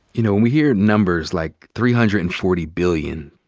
you know, when we hear numbers like three hundred and forty billion